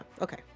okay